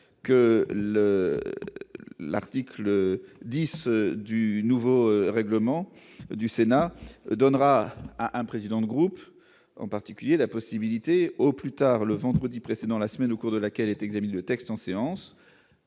le l'article 10 du. Nouveau règlement du Sénat donnera un président de groupe, en particulier la possibilité au plus tard le vendredi précédent la semaine au cours de laquelle est examinent le texte en séance.